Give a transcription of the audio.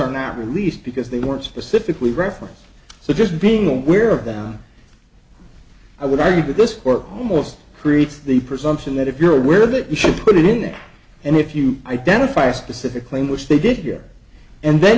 are not released because they weren't specifically referenced so just being aware of them i would argue that this court almost creates the presumption that if you're aware of it you should put it in there and if you identify a specific claim which they did here and then